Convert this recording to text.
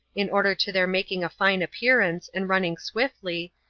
in order to their making a fine appearance, and running swiftly,